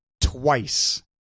twice